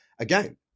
Again